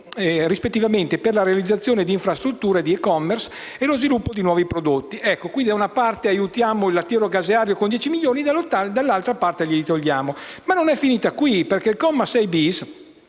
rispettivamente, per la realizzazione di infrastrutture di *e-commerce* e per lo sviluppo di nuovi prodotti. Quindi, da una parte aiutiamo il settore lattiero-caseario con 10 milioni e dall'altra parte glieli togliamo. Ma non è finita qui, perché il comma 6-*bis*,